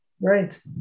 Right